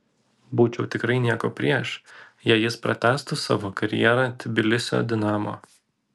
būčiau tikrai nieko prieš jei jis pratęstų savo karjerą tbilisio dinamo